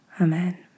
Amen